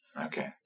Okay